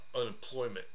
unemployment